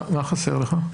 מה חסר לך?